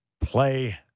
play